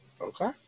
Okay